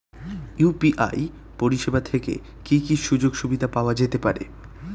UPI পরিষেবা থেকে কি কি সুযোগ সুবিধা পাওয়া যেতে পারে?